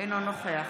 אינו נוכח